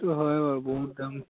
সেইটো হয় বাৰু বহুত দাম